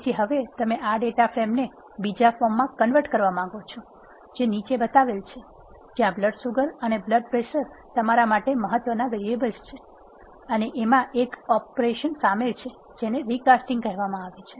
તેથી હવે તમે આ ડેટા ફ્રેમને બીજા ફોર્મમાં કન્વર્ટ કરવા માંગો છો જે નીચે બતાવેલ છે જ્યાં બ્લડ સુગર અને બ્લડ પ્રેશર તમારા માટે મહત્વના વેરીએબલ છે અને એમાં એક ઓપરેશન સામેલ છે જેને રિકાસ્ટીંગ કહેવામાં આવે છે